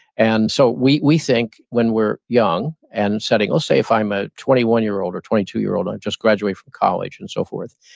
and so we we think when we're young and setting, or say if i'm a twenty one year old or twenty two year old, i've just graduated from college and so forth,